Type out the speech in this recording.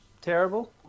terrible